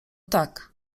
tak